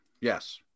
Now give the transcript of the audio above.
Yes